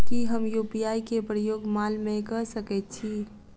की हम यु.पी.आई केँ प्रयोग माल मै कऽ सकैत छी?